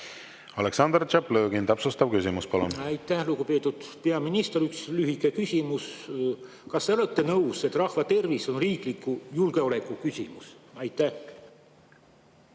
Aleksandr Tšaplõgin, täpsustav küsimus, palun! Aitäh! Lugupeetud peaminister, üks lühike küsimus. Kas te olete nõus, et rahva tervis on riikliku julgeoleku küsimus? Aitäh!